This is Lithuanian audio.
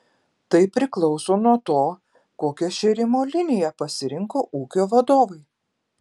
tai priklauso nuo to kokią šėrimo liniją pasirinko ūkio vadovai